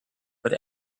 but